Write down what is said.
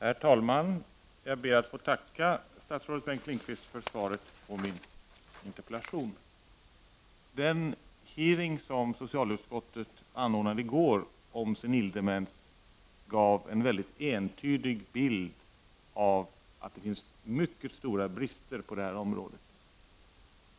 Herr talman! Jag ber att få tacka statsrådet Bengt Lindqvist för svaret på min interpellation. Den hearing som socialutskottet anordnade i går om senil demens gav en entydig bild av att det finns mycket stora brister på det här området.